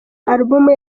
alubumu